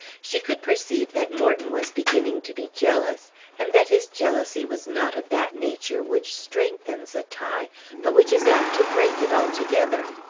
she could perceive that morton was beginning to be jealous and that his jealousy was not of that nature which strengthens a tie but which is apt to break it altogether.